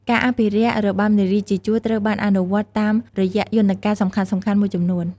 ការអភិរក្សរបាំនារីជាជួរត្រូវបានអនុវត្តតាមរយៈយន្តការសំខាន់ៗមួយចំនួន។